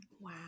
Wow